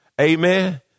Amen